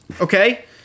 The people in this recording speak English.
okay